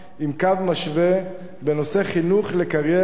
עם "קו משווה" בנושא "חינוך לקריירה,